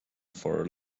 for